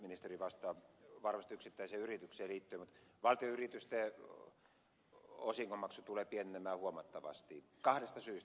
omistajaohjausministeri vastaa varmasti yksittäiseen yritykseen liittyen mutta valtion yritysten osingonmaksu tulee pienenemään huomattavasti kahdesta syystä